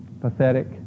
pathetic